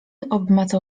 obmacał